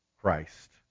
Christ